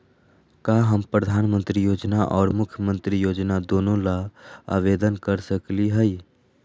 का हम प्रधानमंत्री योजना और मुख्यमंत्री योजना दोनों ला आवेदन कर सकली हई?